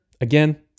Again